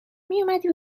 میومدی